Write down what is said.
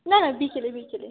না না বিকেলে বিকেলে